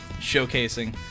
showcasing